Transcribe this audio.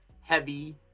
heavy